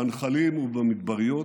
בנחלים ובמדבריות,